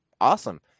Awesome